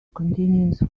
continuance